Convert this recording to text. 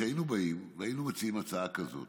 שהיינו באים והיינו מציעים הצעה כזאת,